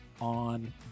on